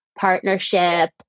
partnership